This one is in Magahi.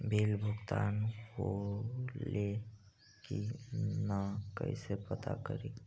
बिल भुगतान होले की न कैसे पता करी?